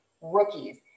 rookies